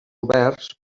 oberts